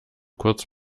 kurz